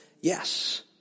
yes